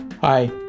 Hi